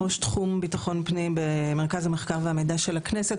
ראש תחום בטחון פנים במרכז המחקר והמידע של הכנסת.